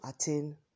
attain